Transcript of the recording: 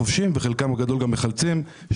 חובשים ומחלצים יהיו באותם מקומות,